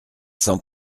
cents